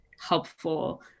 helpful